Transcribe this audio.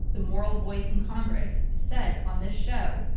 the moral voice in congress said on this show,